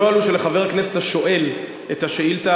הנוהל הוא שחבר הכנסת השואל את השאילתה